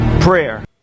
prayer